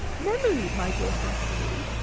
memory, my dear cecily,